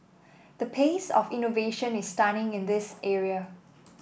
the pace of innovation is stunning in this area